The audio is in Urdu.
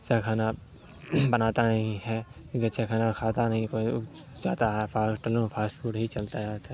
اچھا کھانا بناتا نہیں ہے اچھا کھانا کھاتا نہیں کوئی جاتا ہے فاسٹ فوڈ ہی چلتا رہتا